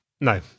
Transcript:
No